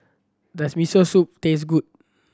does Miso Soup taste good